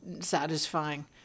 satisfying